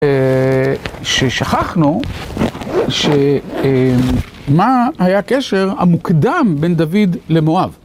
ששכחנו שמה היה הקשר המוקדם בין דוד למואב.